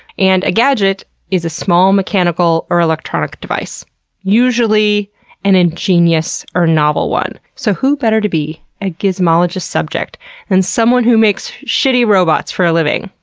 and a gadget is, a small mechanical or electronic device usually an ingenious or novel one. so, who better to be a gizmologist subject than someone who makes shitty robots for a living?